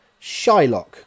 Shylock